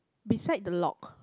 beside the lock